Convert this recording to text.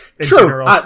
True